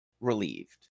relieved